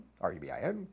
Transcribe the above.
R-U-B-I-N